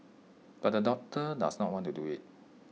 but the doctor does not want to do IT